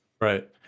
right